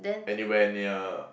anywhere near